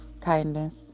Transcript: kindness